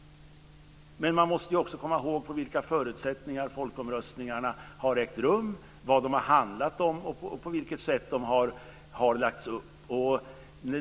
Men man måste också komma ihåg under vilka förutsättningar folkomröstningarna har ägt rum, vad de har handlat om och på vilket sätt de har lagts upp.